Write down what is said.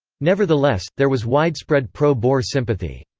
nevertheless, there was widespread pro-boer sympathy.